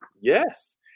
yes